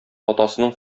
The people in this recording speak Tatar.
атасының